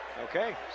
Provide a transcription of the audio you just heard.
okay